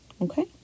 Okay